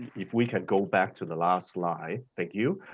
if we can go back to the last slide, thank you.